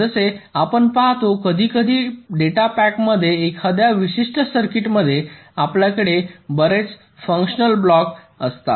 जसे आपण पहातो कधीकधी डेटा पॅकमध्ये एखाद्या विशिष्ट सर्किटमध्ये आपल्याकडे बरेच फंक्शन ब्लॉक असतात